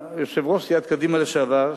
שיושב-ראש סיעת קדימה לשעבר,